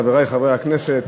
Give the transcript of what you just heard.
חברי חברי הכנסת,